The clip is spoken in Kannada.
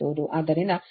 ಆದ್ದರಿಂದ ಮೈನಸ್ 55